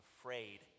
afraid